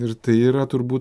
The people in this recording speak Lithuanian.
ir tai yra turbūt